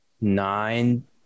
nine